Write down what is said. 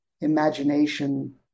imagination